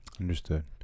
understood